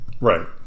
Right